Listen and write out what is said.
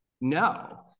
No